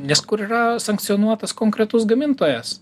nes kur yra sankcionuotas konkretus gamintojas